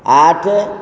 ଆଠ